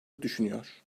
düşünüyor